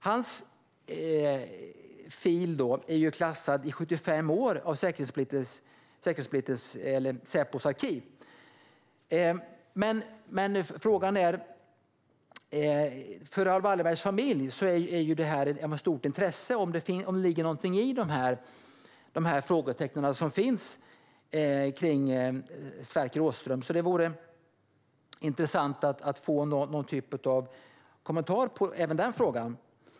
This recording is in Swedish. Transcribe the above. Hans dossier i arkivet har av Säpo sekretessbelagts i 75 år. För Raoul Wallenbergs familj är det av stort intresse om det ligger något i de misstankar som har funnits när det gäller Sverker Åström. Det vore intressant att få någon typ av kommentar också om den frågan.